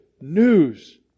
news